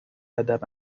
ادب